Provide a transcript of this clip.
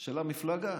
של המפלגה,